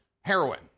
heroin